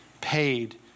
paid